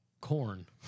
corn